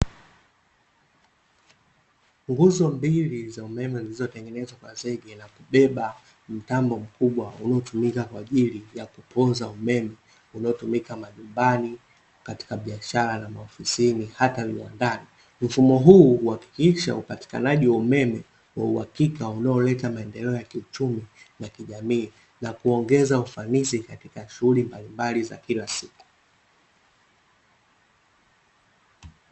Nguzo mbili za umeme, zilizotengenezwa kwa zege na kubeba mtambo mkubwa uliotumika kwa ajili ya kupoza umeme, unaotumika majumbani, katika biashara, na maofisini na hata viwandani. Mfumo huu huhakikisha upatikanaji wa umeme wa uhakika unaoleta maendeleo ya kiuchumi na kijamii, nakuongeza ufanisi katika shughuli mbalimbali za kila siku.